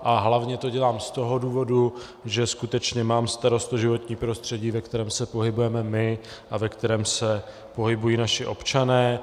A hlavně to dělám z toho důvodu, že skutečně mám starost o životní prostředí, ve kterém se pohybujeme my a ve kterém se pohybují naši občané.